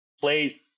place